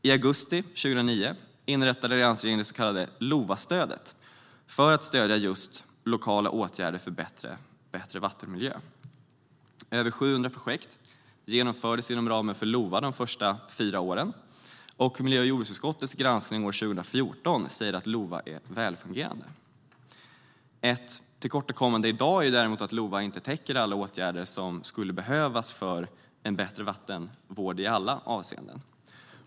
I augusti 2009 inrättade alliansregeringen det så kallade LOVA-stödet för att stödja just lokala åtgärder för bättre vattenmiljö. Över 700 projekt genomfördes inom ramen för LOVA de första fyra åren, och miljö och jordbruksutskottets granskning år 2014 säger att LOVA är välfungerande. Ett tillkortakommande i dag är däremot att LOVA inte täcker alla åtgärder som skulle behövas för en bättre vattenvård i alla avseenden.